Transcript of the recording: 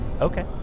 okay